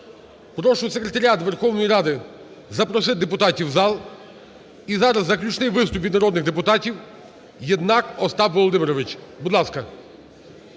Прошу секретаріат Верховної Ради запросити депутатів в зал. І зараз заключний виступ від народних депутатів. Єднак Остап Володимирович. Будь ласка.